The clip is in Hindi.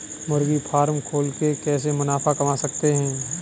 मुर्गी फार्म खोल के कैसे मुनाफा कमा सकते हैं?